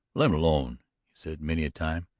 let him alone, he said many a time.